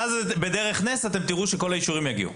ואז בדרך נס אתם תראו שכל האישורים יגיעו.